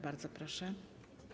Bardzo proszę.